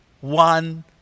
one